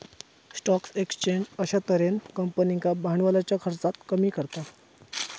stock exchange अश्या तर्हेन कंपनींका भांडवलाच्या खर्चाक कमी करता